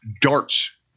darts